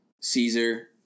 Caesar